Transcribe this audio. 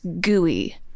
gooey